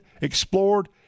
explored